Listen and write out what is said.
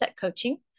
Coaching